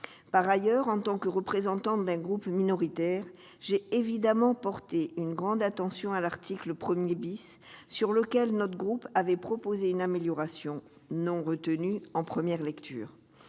Par ailleurs, en tant que représentante d'un groupe minoritaire, j'ai évidemment porté une grande attention à l'article 1 , pour lequel notre groupe avait proposé une amélioration, non retenue en première lecture.